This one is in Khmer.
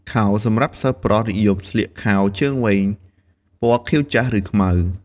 ខោសម្រាប់សិស្សប្រុសនិយមស្លៀក ខោជើងវែងពណ៌ខៀវចាស់ ឬខ្មៅ។